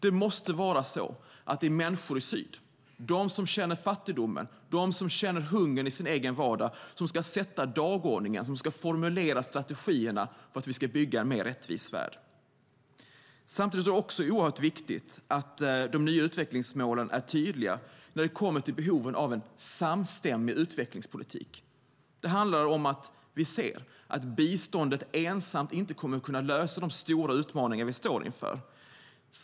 Det måste vara så att det är människor i Syd, de som känner fattigdomen och hungern i sin egen vardag, som ska sätta dagordningen och formulera strategierna för att bygga en mer rättvis värld. Samtidigt är det också oerhört viktigt att de nya utvecklingsmålen är tydliga när det kommer till behoven av en samstämmig utvecklingspolitik. Det handlar om att vi ser att biståndet ensamt inte kommer att kunna lösa de stora utmaningar vi står inför.